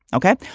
ok.